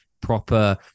proper